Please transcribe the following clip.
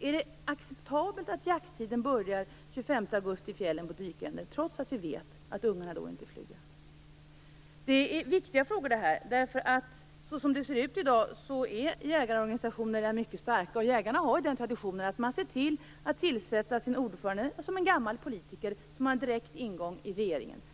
Är det acceptabelt att jakttiden för dykänder i fjällen börjar den 25 augusti, trots att vi vet att ungarna då inte är flygga? Detta är viktiga frågor. Som det ser ut i dag är jägarorganisationerna mycket starka. Jägarna har den traditionen att de ser till att tillsätta gamla politiker som ordförande, som har en direkt ingång till regeringen.